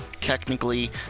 Technically